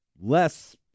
less